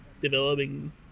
developing